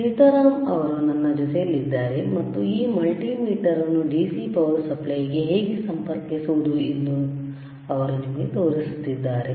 ಸೀತಾರಾಮ್ ಅವರು ನನ್ನ ಜೊತೆಯಲ್ಲಿದ್ದಾರೆ ಮತ್ತು ಈ ಮಲ್ಟಿಮೀಟರ್ ಅನ್ನು DC ಪವರ್ ಸಪ್ಲೈಗೆ ಹೇಗೆ ಸಂಪರ್ಕಿಸುವುದು ಎಂದು ಅವರು ನಿಮಗೆ ತೋರಿಸುತ್ತಿದ್ದಾರೆ